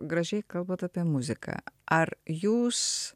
gražiai kalbat apie muziką ar jūs